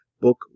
book